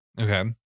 Okay